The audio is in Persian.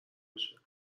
بشه